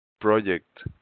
project